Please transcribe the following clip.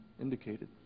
indicated